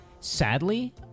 Sadly